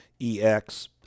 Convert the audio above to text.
EX